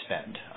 spend